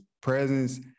presence